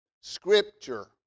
scripture